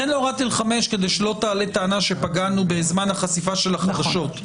כדי שלא תעלה טענה שפגענו בזמן החשיפה של החדשות.